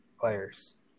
players